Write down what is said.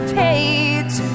page